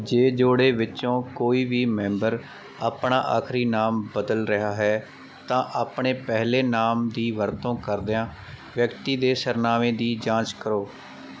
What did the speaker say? ਜੇ ਜੋੜੇ ਵਿਚੋਂ ਕੋਈ ਵੀ ਮੈਂਬਰ ਆਪਣਾ ਆਖਰੀ ਨਾਮ ਬਦਲ ਰਿਹਾ ਹੈ ਤਾਂ ਆਪਣੇ ਪਹਿਲੇ ਨਾਮ ਦੀ ਵਰਤੋਂ ਕਰਦਿਆਂ ਵਿਅਕਤੀ ਦੇ ਸਰਨਾਵੇਂ ਦੀ ਜਾਂਚ ਕਰੋ